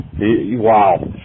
Wow